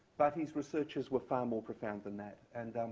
but his researches were far more profound than that. and